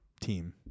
team